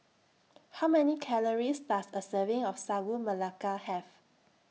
How Many Calories Does A Serving of Sagu Melaka Have